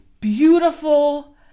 beautiful